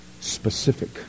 specific